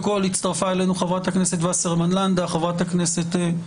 וגם הפסיקה עוסקת בכך.